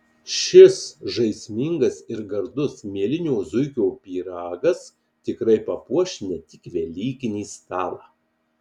šis žaismingas ir gardus mielinio zuikio pyragas tikrai papuoš ne tik velykinį stalą